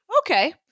Okay